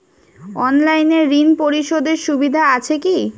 অনলাইনে ঋণ পরিশধের সুবিধা আছে কি?